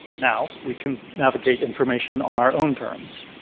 now we can navigate information on our own terms.